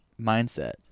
mindset